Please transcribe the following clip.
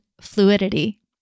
fluidity